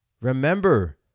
Remember